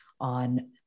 on